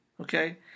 Okay